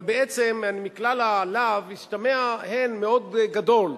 אבל בעצם, מכלל הלאו השתמע הן מאוד גדול.